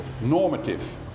normative